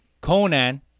Conan